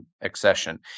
accession